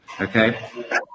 Okay